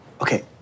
Okay